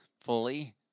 fully